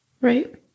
Right